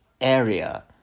area